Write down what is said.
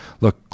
look